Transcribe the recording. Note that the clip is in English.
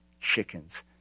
chickens